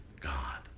God